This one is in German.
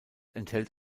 enthält